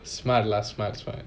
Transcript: smart lah smart smart